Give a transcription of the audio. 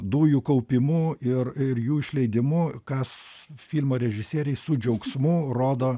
dujų kaupimu ir ir jų išleidimu kas filmo režisieriai su džiaugsmu rodo